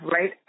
right